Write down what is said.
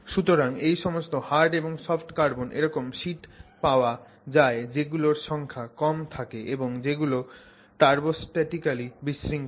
সুতরাং এই সমস্ত হার্ড এবং সফট কার্বনে এরকম শিট পাওয়া যায় যেগুলোর সংখ্যা কম থাকে এবং যেগুলো টার্বোস্ট্যাটিকালি বিশৃঙ্খল